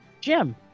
Jim